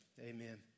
Amen